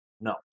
No